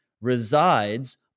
resides